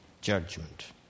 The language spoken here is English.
judgment